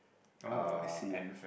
oh I see